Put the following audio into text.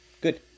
Good